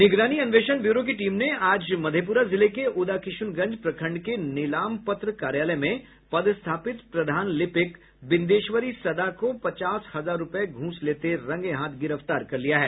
निगरानी अन्वेषण ब्यूरो की टीम ने आज मधेपुरा जिले के उदाकिशुनगंज प्रखंड के नीलाम पत्र कार्यालय में पदस्थापित प्रधान लिपिक बिन्देश्वरी सदा को पचास हजार रूपये घूस लेते हुए रंगे हाथ गिरफ्तार किया है